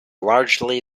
largely